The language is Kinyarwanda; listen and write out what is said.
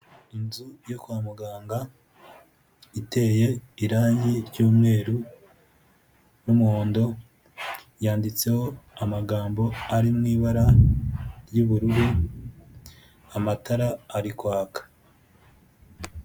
Inzu yo kwa muganga iteye irangi ry'umweru n'umuhondo, yanditseho amagambo ari mu ibara ry'ubururu, amatara ari kwaka.